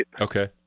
Okay